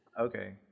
okay